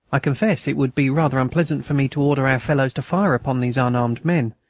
i confess it would be rather unpleasant for me to order our fellows to fire upon these unarmed men.